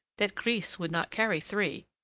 that grise would not carry three,